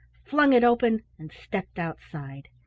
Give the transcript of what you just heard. flung it open, and stepped outside.